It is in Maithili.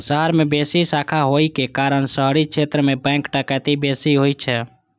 शहर मे बेसी शाखा होइ के कारण शहरी क्षेत्र मे बैंक डकैती बेसी होइ छै